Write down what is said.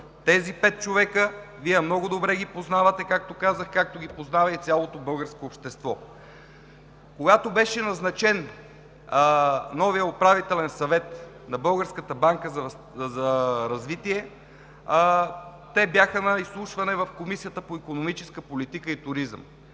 тези пет човека Вие много добре ги познавате, както ги познава и цялото българско общество. Когато беше назначен новият Управителен съвет на Българската банка за развитие, те бяха на изслушване в Комисията по икономическа политика и туризъм.